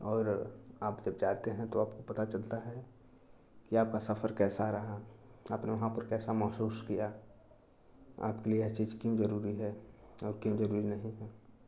और आप जब जाते हैं तो पता चलता है कि आपका सफ़र कैसा रहा आपने वहाँ पर कैसा महसूस किया आपके लिए यह चीज़ क्यों ज़रूरी है या कि ज़रूरी नहीं है